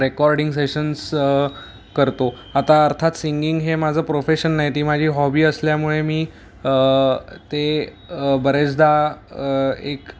recording sessions करतो आता अर्थात सिंगिंग हे माझं प्रोफेशन नाही ती माझी हॉबी असल्यामुळे मी ते बरेचदा एक